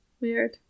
Weird